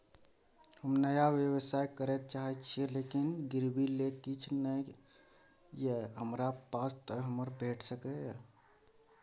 हम नया व्यवसाय करै चाहे छिये लेकिन गिरवी ले किछ नय ये हमरा पास त हमरा भेट सकै छै?